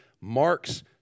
Mark's